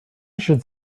should